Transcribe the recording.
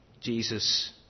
Jesus